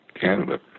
Canada